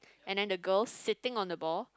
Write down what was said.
and then the girl sitting on the ball